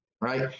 right